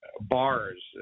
bars